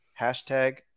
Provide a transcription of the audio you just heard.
Hashtag